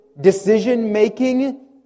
decision-making